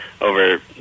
over